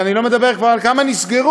אני לא מדבר כבר על כמה נסגרו,